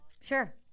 Sure